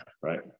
right